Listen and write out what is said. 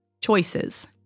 choices